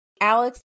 Alex